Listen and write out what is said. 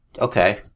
Okay